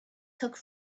took